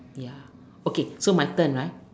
ya okay so my turn right